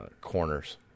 corners